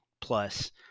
plus